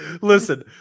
Listen